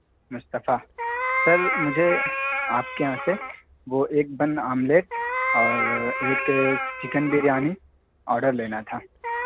مصطفیٰ sir مجھے آپ کے یہاں سے وہ ایک بن آملیٹ اور ایک چکن بریانی آڈر لینا تھا